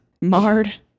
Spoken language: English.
Marred